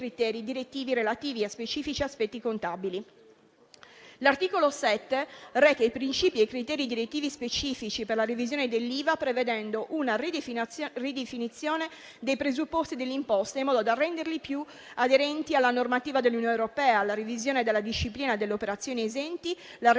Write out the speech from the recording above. L'articolo 7 reca i principi e i criteri direttivi specifici per la revisione dell'Iva prevedendo una ridefinizione dei presupposti dell'imposta in modo da renderli più aderenti alla normativa dell'Unione europea, la revisione della disciplina delle operazioni esenti, la razionalizzazione del numero